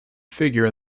figure